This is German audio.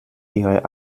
ihrer